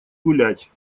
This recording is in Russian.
гулять